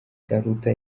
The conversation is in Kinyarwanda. karuta